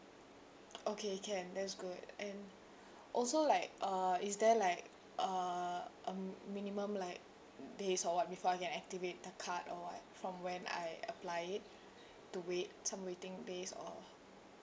okay can that is good and also like uh is there like uh a minimum like days or what before I can activate the card or what from when I apply it to wait some waiting days or